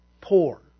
Poor